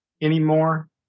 anymore